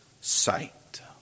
sight